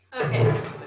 okay